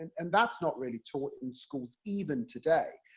and and that's not really taught in schools, even today,